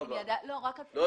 לא,